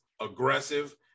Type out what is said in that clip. aggressive